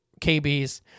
KBs